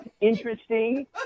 interesting